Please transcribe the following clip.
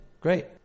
Great